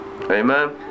Amen